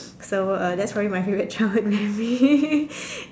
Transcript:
so uh that's probably my favourite childhood memory